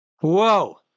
Whoa